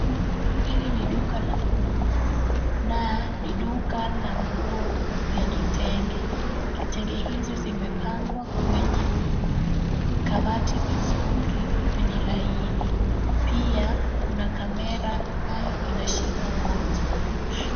Hili ni duka la nguo, na ni duka la nguo ya kitenge. Kitenge hizi zimepangwa kwenye kabati vizuri kwenye laini. Pia kuna kamera ambayo inashika watu.